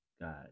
God